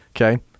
Okay